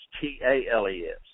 t-a-l-e-s